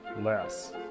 less